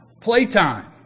playtime